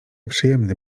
przyjemny